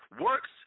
works